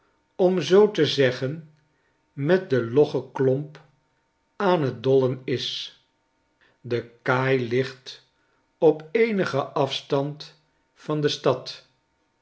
om zoo te zeggen met den loggen klomp aan t dollen is de kaai ligt op eenigen afstand van de stad